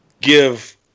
give